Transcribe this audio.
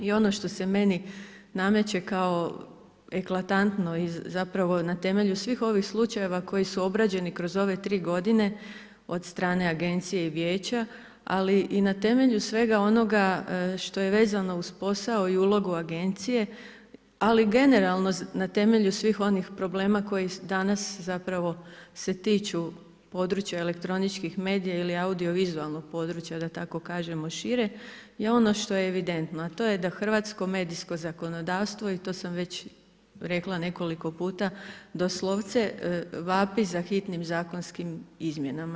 I ono što se meni nameće kao eklatantno i zapravo na temelju svih ovih slučajeva koji su obrađeni kroz ove tri godine od strane Agencije i Vijeća, ali i na temelju svega onoga što je vezano uz posao i ulogu Agencije, ali i generalno na temelju svih onih problema koji danas zapravo se tiču područja elektroničkih medija ili audio vizualnog područja da tako kažemo šire je ono što je evidentno, a to je da hrvatsko medijsko zakonodavstvo i to sam već rekla nekoliko puta doslovce vapi za hitnim zakonskim izmjenama.